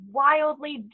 wildly